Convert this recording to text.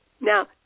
Now